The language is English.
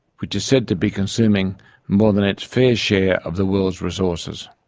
which is said to be consuming more than its fair share of the world's resources.